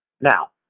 Now